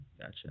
Gotcha